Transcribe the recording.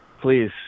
Please